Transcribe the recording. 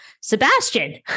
Sebastian